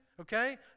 okay